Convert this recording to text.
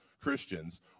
Christians